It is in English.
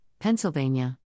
Pennsylvania